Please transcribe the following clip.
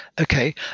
Okay